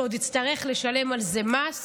שעוד יצטרך לשלם על זה מס.